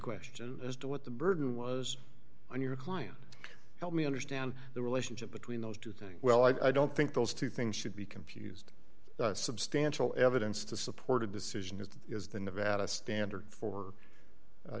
question as to what the burden was on your client help me understand the relationship between those two things well i don't think those two things should be confused substantial evidence to support a decision as is the nevada standard for